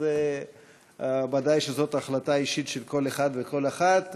אז ודאי שזו החלטה אישית של כל אחד וכל אחת.